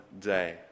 day